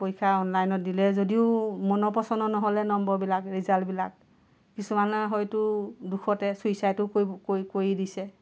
পৰীক্ষা অনলাইনত দিলে যদিও মনৰ পচন্দৰ নহ'লে নম্বৰবিলাক ৰিজাল্টবিলাক কিছুমানে হয়তো দুখতে ছুইছাইডো কৰি কৰি দিছে